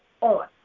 on